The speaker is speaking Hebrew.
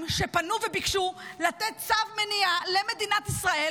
שפנו וביקשו לתת צו מניעה למדינת ישראל,